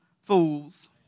fools